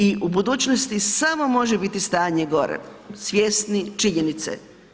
I u budućnosti samo može biti stanje gore, svjesni činjenice.